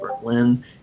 Berlin